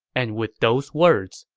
and with those words,